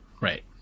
Right